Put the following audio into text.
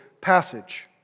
passage